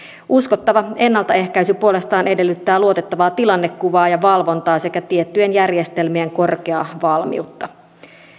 uskottava ennaltaehkäisy puolestaan edellyttää luotettavaa tilannekuvaa ja valvontaa sekä tiettyjen järjestelmien korkeaa valmiutta